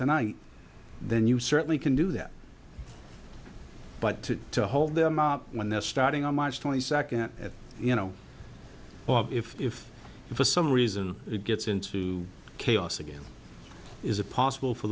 tonight then you certainly can do that but to to hold them up when they're starting on march twenty second at you know if if for some reason it gets into chaos again is it possible for